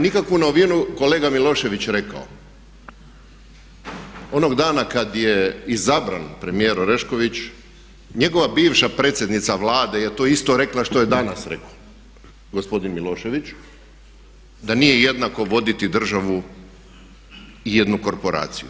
Nije nikakvu novinu kolega Milošević rekao onog dana kada je izabran premijer Orešković njegova bivša predsjednica Vlade je to isto rekla što je danas rekao gospodin Milošević da nije jednako voditi državu i jednu korporaciju.